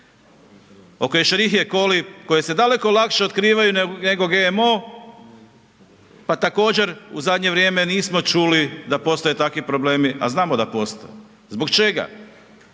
oko escherichie coli koje se daleko lakše otkrivaju nego GMO pa također u zadnje vrijeme nismo čuli da postoje takvi problemi, a znamo da postoje. Zbog čega?